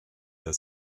der